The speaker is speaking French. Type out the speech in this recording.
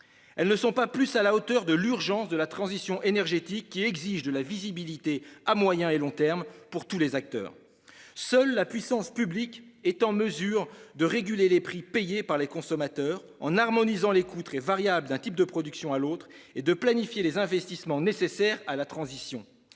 Elles ne sont également pas à la hauteur de l'urgence de la transition énergétique, qui demande de la visibilité à moyen et long termes pour tous les acteurs. Seule la puissance publique est en mesure de réguler les prix payés par les consommateurs en harmonisant les coûts très variables d'un type de production à l'autre et de planifier les investissements nécessaires à la transition.